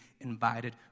invited